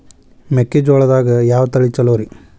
ಮೆಕ್ಕಿಜೋಳದಾಗ ಯಾವ ತಳಿ ಛಲೋರಿ?